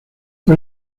fue